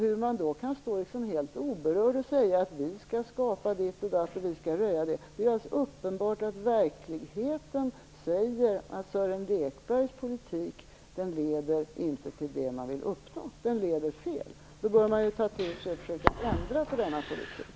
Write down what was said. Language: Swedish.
Hur kan man då stå här helt oberörd och säga att vi skall skapa ditt och datt och vi skall göra det och det? Det är uppenbart att verkligheten säger att Sören Lekbergs politik inte leder till det man vill uppnå - den leder fel. Då bör man ta till sig det och ändra på denna politik.